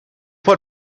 put